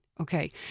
Okay